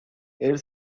air